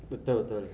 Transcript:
betul betul